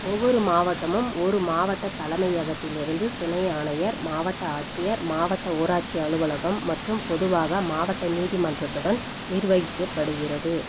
ஒவ்வொரு மாவட்டமும் ஒரு மாவட்டத் தலைமையகத்திலிருந்து துணை ஆணையர் மாவட்ட ஆட்சியர் மாவட்ட ஊராட்சி அலுவலகம் மற்றும் பொதுவாக மாவட்ட நீதிமன்றத்துடன் நிர்வகிக்கப்படுகிறது